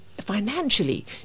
financially